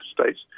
States